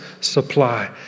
supply